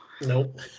Nope